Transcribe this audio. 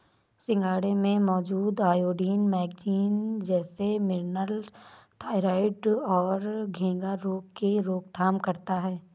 सिंघाड़े में मौजूद आयोडीन, मैग्नीज जैसे मिनरल्स थायरॉइड और घेंघा रोग की रोकथाम करता है